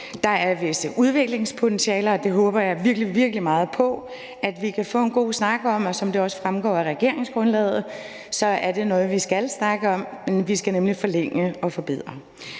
er et vist udviklingspotentiale, og det håber jeg virkelig, virkelig meget på at vi kan få en god snak om. Og som det også fremgår af regeringsgrundlaget, er det noget, vi skal snakke om, for vi skal nemlig forlænge og forbedre